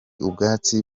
ubwubatsi